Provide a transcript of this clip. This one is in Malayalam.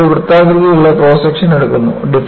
നമ്മൾ ഒരു വൃത്താകൃതിയിലുള്ള ക്രോസ് സെക്ഷൻ എടുക്കുന്നു